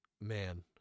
man